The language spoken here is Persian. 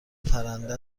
پرنده